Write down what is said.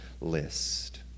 list